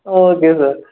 okay sir